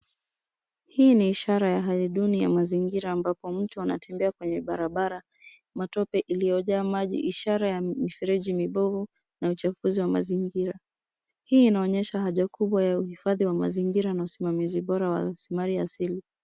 Hii ni ishara ya hali duni ya mazingira ambapo mtu anatembea kwenye barabara, matope iliyojaa maji ishara ya mifereji mibovu na uchafuzi wa mazingira. Hii inaonyesha haja kubwa ya uhifadhi wa mazingira na usimamizi bora wa rasili mali asili.